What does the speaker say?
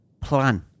plan